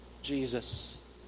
Jesus